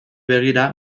begira